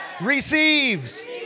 receives